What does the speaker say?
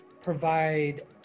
provide